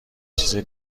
چیزه